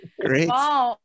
Great